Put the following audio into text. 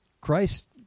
Christ